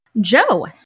Joe